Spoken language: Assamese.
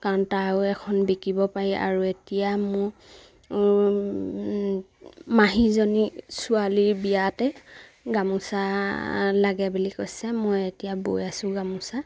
কাৰণ এখন বিকিব পাৰি আৰু এতিয়া মোৰ মাহীজনী ছোৱালীৰ বিয়াতে গামোচা লাগে বুলি কৈছে মই এতিয়া বৈ আছোঁ গামোচা